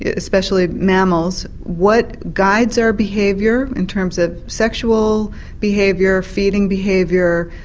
especially mammals, what guides our behaviour in terms of sexual behaviour, feeding behaviour,